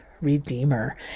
redeemer